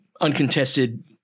uncontested